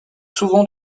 souvent